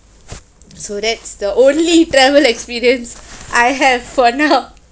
so that's the only travel experience I have for now